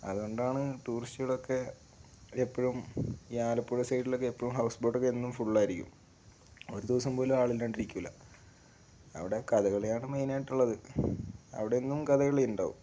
അതുകൊണ്ടാണ് ടൂറിസ്റ്റുകളൊക്കെ എപ്പോഴും ഈ ആലപ്പുഴ സൈഡിലൊക്കെ എപ്പോഴും ഹൗസ് ബോട്ടൊക്കെ എന്നും ഫുള്ളായിരിക്കും ഒരു ദിവസം പോലും ആളില്ലാണ്ടിരിക്കൂല അവിടെ കഥകളിയാണ് മെയിനായിട്ടുള്ളത് അവിടെ എന്നും കഥകളിയുണ്ടാവും